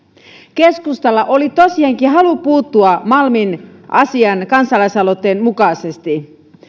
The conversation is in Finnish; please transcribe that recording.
keskustalla oli tosiaankin halu puuttua malmin asiaan kansalaisaloitteen mukaisesti